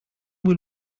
will